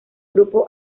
grupo